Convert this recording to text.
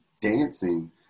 dancing